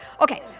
Okay